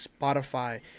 Spotify